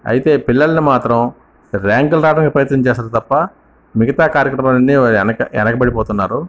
అయితే పిల్లలని మాత్రం ర్యాంకులు రావటానికి ప్రయత్నం చేస్తారు తప్ప మిగతా కార్యక్రమాలు అన్నీ వెనక వెనుకబడిపోతున్నారు